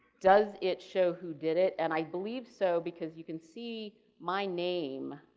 does it show who did it and i believe so because you can see my name,